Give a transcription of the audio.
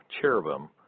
cherubim